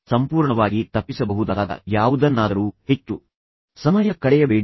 ಸಂಪೂರ್ಣವಾಗಿ ತಪ್ಪಿಸಬಹುದಾದ ಯಾವುದನ್ನಾದರೂ ಹೆಚ್ಚು ಸಮಯ ಕಳೆಯಬೇಡಿ